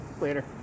Later